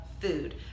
food